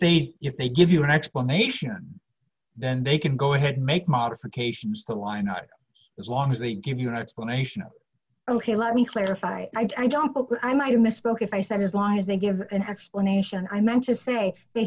feet if they give you an explanation then they can go ahead and make modifications so why not as long as they give you an explanation oh ok let me clarify i don't i might have misspoke if i said as long as they give an explanation i meant to say they